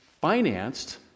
financed